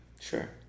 sure